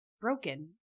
broken